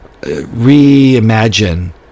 reimagine